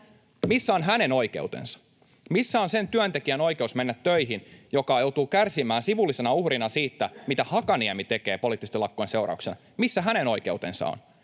Missä on hänen oikeutensa? Missä on sen työntekijän oikeus mennä töihin, joka joutuu kärsimään sivullisena uhrina siitä, mitä Hakaniemi tekee poliittisten lakkojen seurauksena? Missä hänen oikeutensa on?